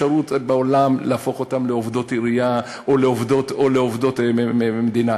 אין שום אפשרות בעולם להפוך אותן לעובדות עירייה או לעובדות מדינה.